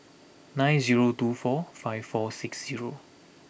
nine zero two four five four six zero